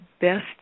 best